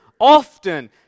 often